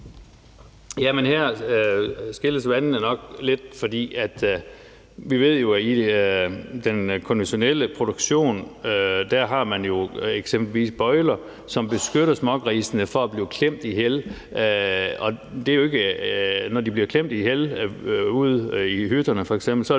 (KF): Her skilles vandene nok lidt, for vi ved jo, at i den konventionelle produktion har man eksempelvis bøjler, som beskytter smågrisene mod at blive klemt ihjel. Når de f.eks. bliver klemt ihjel ude i hytterne, er det